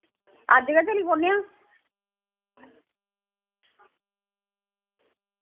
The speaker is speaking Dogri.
अज्ज गै चली पौन्ने आं